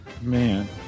Man